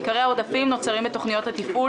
עיקרי העודפים נוצרו בתוכניות התפעול